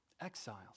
Exiles